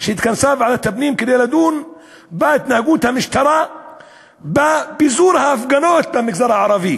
התכנסה ועדת הפנים כדי לדון בהתנהגות המשטרה בפיזור ההפגנות במגזר הערבי